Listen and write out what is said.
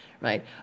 right